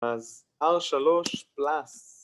‫אז אר שלוש פלאס.